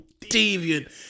deviant